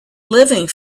living